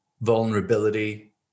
vulnerability